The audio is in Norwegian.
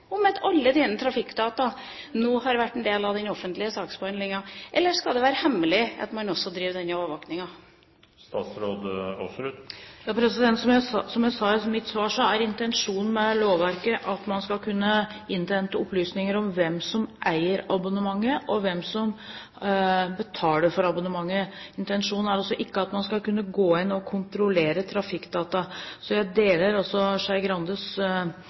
om at alle dine trafikkdata nå har vært en del av den offentlige saksbehandlingen? Eller skal det være hemmelig at man også driver denne overvåkingen? Som jeg sa i mitt svar, er intensjonen med lovverket at man skal kunne innhente opplysninger om hvem som eier abonnementet, og hvem som betaler for abonnementet. Intensjonen er altså ikke at man skal kunne gå inn og kontrollere trafikkdata. Jeg deler ikke Skei Grandes